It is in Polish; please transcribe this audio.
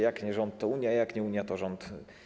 Jak nie rząd, to Unia; jak nie Unia, to rząd.